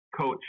coach